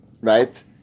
right